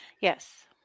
yes